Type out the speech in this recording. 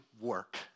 work